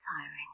tiring